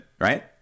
right